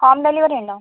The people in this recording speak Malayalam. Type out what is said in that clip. ഹോം ഡെലിവറി ഉണ്ടോ